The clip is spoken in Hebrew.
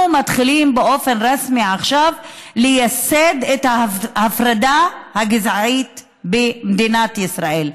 אנחנו מתחילים באופן רשמי עכשיו לייסד את ההפרדה הגזעית במדינת ישראל.